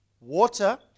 water